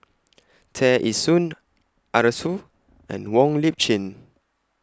Tear Ee Soon Arasu and Wong Lip Chin